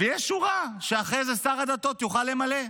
ותהיה שורה שאחרי זה שר הדתות יוכל למלא.